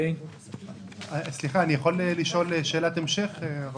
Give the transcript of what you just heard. אני יכול לשאול שאלת המשך?